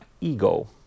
ego